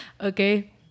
Okay